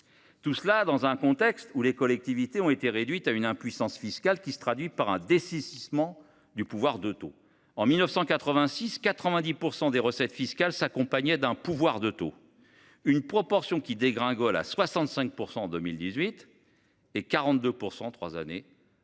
intervient dans un contexte où les collectivités ont été réduites à une impuissance fiscale qui se traduit par un dessaisissement du pouvoir de taux : en 1986, 90 % des recettes fiscales s’accompagnaient d’un pouvoir de taux ; cette proportion dégringole à 65 % en 2018 et à 42 % trois années plus